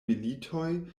militoj